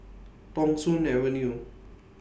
Thong Soon Avenue